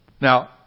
Now